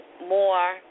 more